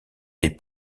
des